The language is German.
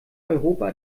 europa